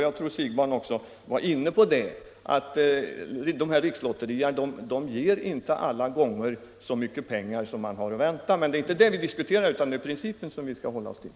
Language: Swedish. Jag tror att också herr Siegbahn var inne på det förhållandet att rikslotterierna inte alla gånger ger så mycket pengar som man kunde förvänta. Men det är inte det vi skall diskutera utan vilken princip vi skall hålla oss till.